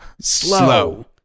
Slow